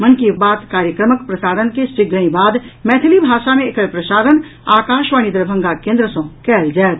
मन की बात कार्यक्रमक प्रसारण के शीघ्रहिँ बाद मैथिली भाषा मे एकर प्रसारण आकाशवाणी दरभंगा केंद्र सँ कएल जायत